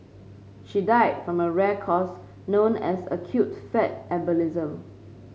she died from a rare cause known as acute fat embolism